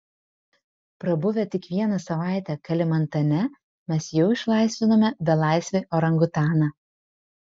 prabuvę tik vieną savaitę kalimantane mes jau išlaisvinome belaisvį orangutaną